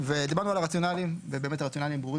זה מתחבר לשאלה שנשאלה מקודם.